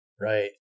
Right